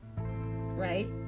Right